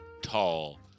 tall